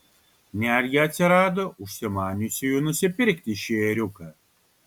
netgi atsirado užsimaniusiųjų nusipirkti šį ėriuką